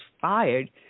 fired